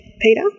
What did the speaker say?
Peter